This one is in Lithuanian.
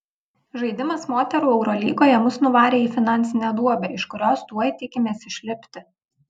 žaidimas moterų eurolygoje mus nuvarė į finansinę duobę iš kurios tuoj tikimės išlipti